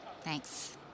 Thanks